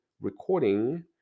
recording